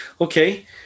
okay